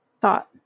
thought